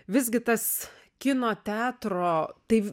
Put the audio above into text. visgi tas kino teatro tai